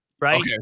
Right